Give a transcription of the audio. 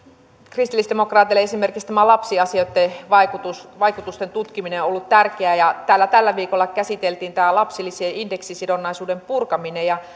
kristillisdemokraateille esimerkiksi tämä lapsiasioitten vaikutusten tutkiminen on ollut tärkeää ja täällä tällä viikolla käsiteltiin tämä lapsilisien indeksisidonnaisuuden purkaminen